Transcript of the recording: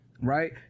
right